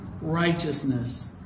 righteousness